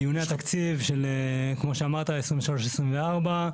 בדיוני התקציב כמו שאמרת 2023-2024,